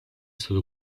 stato